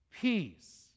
peace